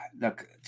Look